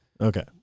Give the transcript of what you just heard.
Okay